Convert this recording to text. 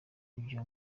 ibyo